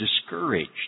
discouraged